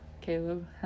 caleb